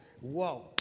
whoa